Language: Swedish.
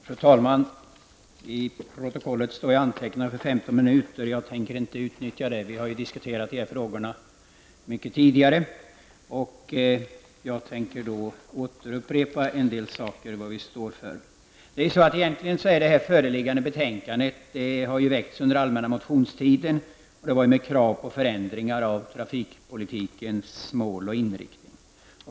Fru talman! I talarlistan står jag antecknad för 15 minuter. Jag tänker inte utnyttja den tiden, eftersom denna fråga tidigare har diskuterats mycket. Jag tänker återupprepa en del saker när det gäller vad vi står för. Föreliggande betänkande behandlar motioner som väckts under allmänna motionstiden i år med krav på förändringar av trafikpolitikens mål och inriktning.